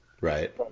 Right